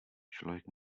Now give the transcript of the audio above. člověk